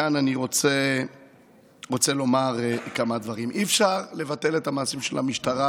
כאן אני רוצה לומר כמה דברים: אי-אפשר לבטל את המעשים של המשטרה,